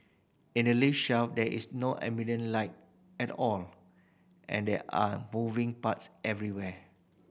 in the lift shaft there is no ambient light at all and there are moving parts everywhere